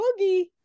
boogie